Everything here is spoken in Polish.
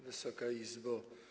Wysoka Izbo!